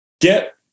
get